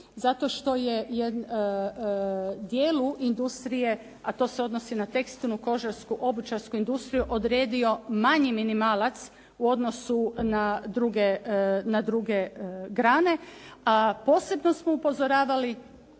zato što je dijelu industrije, a to se odnosi na tekstilnu, kožarsku, obućarsku industriju odredio manji minimalac u odnosu na druge grane. A posebno smo upozoravali